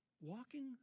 walking